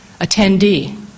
attendee